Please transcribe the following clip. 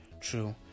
true